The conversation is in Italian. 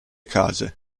case